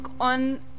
on